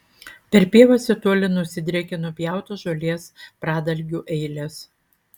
per pievas į tolį nusidriekė nupjautos žolės pradalgių eilės